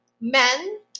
Men